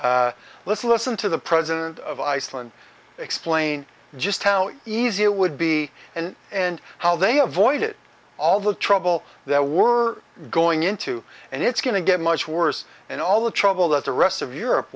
numbers let's listen to the president of iceland explain just how easy it would be and and how they have voided all the trouble that we're going into and it's going to get much worse and all the trouble that the rest of europe